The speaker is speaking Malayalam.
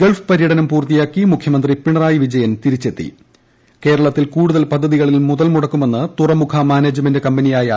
ഗൾഫ് പര്യടനം പൂർത്തിയാക്കി മൂഖ്യമന്ത്രി പിണറായി വിജയൻ തിരിച്ചെത്തി കേരളത്തിൽ കൂടുതൽ പദ്ധതികളിൽ മുതൽ മുടക്കുമെന്ന് തുറമുഖ മാനേജ്മെന്റ കമ്പനിയായ ഡി